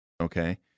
Okay